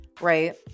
Right